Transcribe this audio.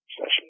session